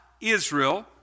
Israel